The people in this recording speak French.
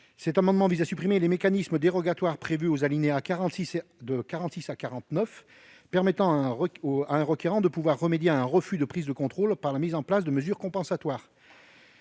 Cet amendement vise à supprimer les mécanismes dérogatoires prévus aux alinéas 46 à 49 permettant à un requérant de remédier à un refus de prise de contrôle par la mise en place de mesures compensatoires.